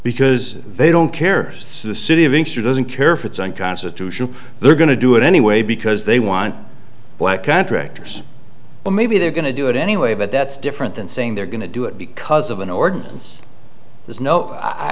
because they don't care so the city of inkster doesn't care for its own constitution they're going to do it anyway because they want black contractors but maybe they're going to do it anyway but that's different than saying they're going to do it because of an ordinance there's no i